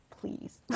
please